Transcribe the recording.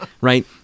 Right